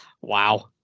Wow